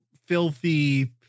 filthy